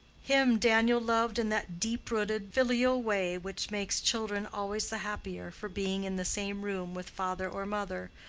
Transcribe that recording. him daniel loved in that deep-rooted filial way which makes children always the happier for being in the same room with father or mother,